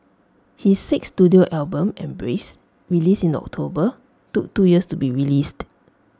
his sixth Studio album embrace released in October took two years to be released